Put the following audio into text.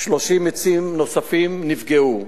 ו-30 עצים נוספים נפגעו.